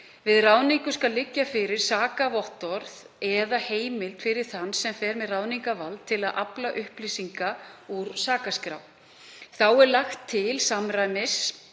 Við ráðningu skal liggja fyrir sakavottorð eða heimild fyrir þann sem fer með ráðningarvald til að afla upplýsinga úr sakaskrá. Þetta er lagt fram til samræmis